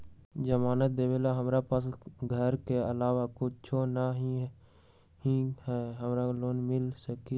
जमानत देवेला हमरा पास हमर घर के अलावा कुछो न ही का हमरा लोन मिल सकई ह?